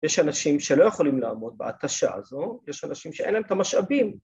‫יש אנשים שלא יכולים לעמוד בהתשה הזו, ‫יש אנשים שאין להם את המשאבים.